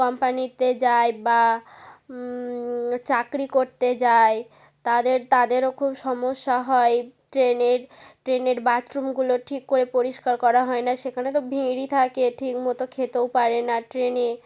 কম্পানিতে যায় বা চাকরি করতে যায় তাদের তাদেরও খুব সমস্যা হয় ট্রেনের ট্রেনের বাথরুমগুলো ঠিক করে পরিষ্কার করা হয় না সেখানে তো ভিড়ই থাকে ঠিকমতো খেতেও পারে না ট্রেনে